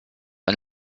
and